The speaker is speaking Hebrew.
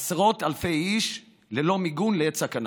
עשרות אלפי איש ללא מיגון לעת סכנה.